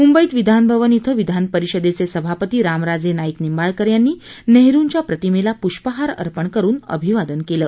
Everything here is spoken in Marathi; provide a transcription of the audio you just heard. मुंबईत विधानभवन क्षे विधानपरिषदेचे सभापती रामराजे नाईक निंबाळकर यांनी नेहरुंच्या प्रतिमेला प्रष्पहार अर्पण करुन अभिवादन केलं